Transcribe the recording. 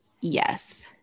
yes